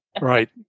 right